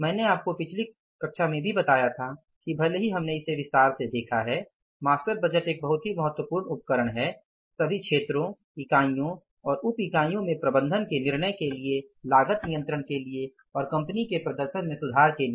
मैंने आपको पिछली कक्षा में भी बताया था कि भले ही हमने इसे विस्तार से देखा है मास्टर बजट एक बहुत ही महत्वपूर्ण उपकरण है सभी क्षेत्रों इकाइयों और उप इकाइयों में प्रबंधन के निर्णय के लिए लागत नियंत्रण के लिए और कंपनी के प्रदर्शन में सुधार के लिए